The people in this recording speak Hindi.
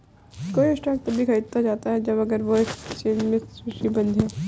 कोई स्टॉक तभी खरीदा जाता है अगर वह एक्सचेंज में सूचीबद्ध है